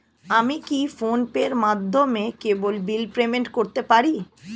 আমি কি ফোন পের মাধ্যমে কেবল বিল পেমেন্ট করতে পারি?